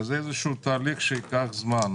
זה איזשהו תהליך שייקח זמן,